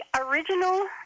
original